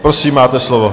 Prosím, máte slovo.